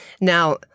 Now